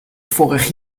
vorig